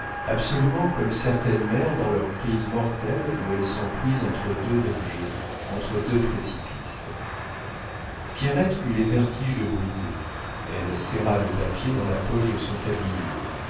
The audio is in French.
absolument comme certaines mères dans leurs crises mortelles où elles sont prises entre deux dangers entre deux précipices pierrette eut les vertiges de brigaut elle serra le papier dans la poche de son tablier